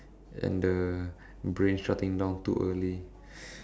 and the brain shutting down too early